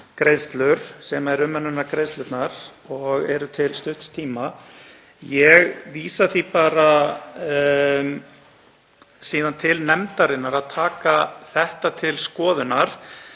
sem eru umönnunargreiðslurnar og eru til stutts tíma. Ég vísa því síðan til nefndarinnar að taka þetta til skoðunar